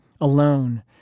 Alone